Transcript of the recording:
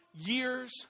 years